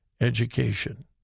education